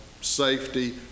safety